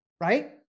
Right